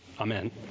Amen